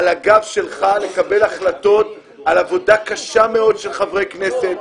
על הגב שלך לקבל החלטות על עבודה קשה מאוד של חברי כנסת,